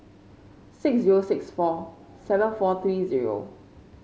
six zero six four seven four three zero